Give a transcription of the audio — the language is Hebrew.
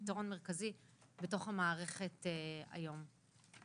פתרון מרכזי בתוך המערכת היום.